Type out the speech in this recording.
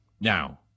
Now